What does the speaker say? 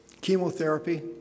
chemotherapy